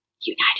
United